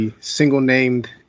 single-named